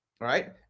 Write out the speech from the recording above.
right